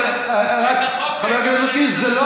אבל חבר הכנסת קיש, זה לא